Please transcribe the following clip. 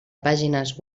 pàgines